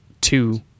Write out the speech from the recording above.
two